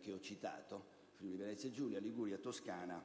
che ho citato: Friuli-Venezia Giulia, Liguria, Toscana